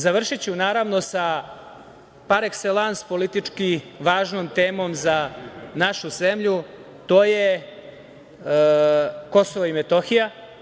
Završiću naravno sa parekselans politički važnom temom za našu zemlju, to je Kosovo i Metohija.